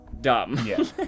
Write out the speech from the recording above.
dumb